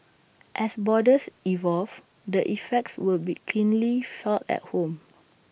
as borders evolve the effects would be keenly felt at home